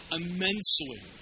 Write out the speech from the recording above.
immensely